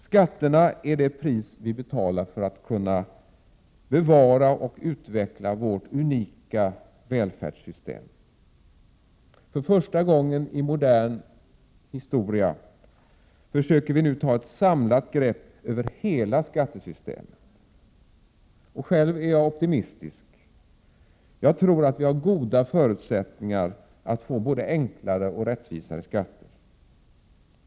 Skatterna är det pris som vi betalar för att kunna bevara och utveckla vårt unika välfärdssystem. För första gången i modern historia försöker vi nu ta ett samlat grepp över hela skattesystemet. Själv är jag optimistisk. Jag tror att vi har goda förutsättningar att få både enklare och rättvisare skatter.